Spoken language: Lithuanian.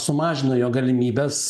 sumažino jo galimybes